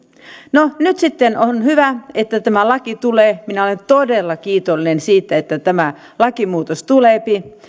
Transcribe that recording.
no nyt sitten on hyvä että tämä laki tulee minä olen todella kiitollinen siitä että tämä lakimuutos tulee